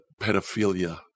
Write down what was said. pedophilia